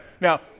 Now